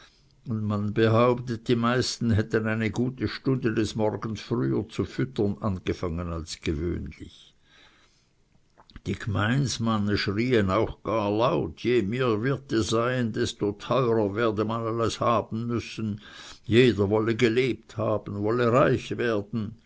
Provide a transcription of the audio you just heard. und man behauptete die meisten hätten eine gute stunde des morgens früher zu füttern angefangen als gewöhnlich die gmeinsmanne schrien auch gar laut je mehr wirte seien desto teurer werde man alles haben müssen jeder wolle gelebt haben wolle reich werden